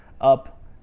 up